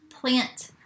plant